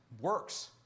works